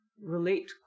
relate